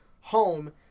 home